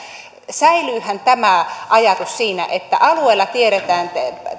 säilyyhän tämä ajatus että alueilla tiedetään